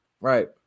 right